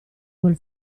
quel